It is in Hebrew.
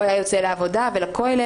הוא היה יוצא לעבודה ולכולל.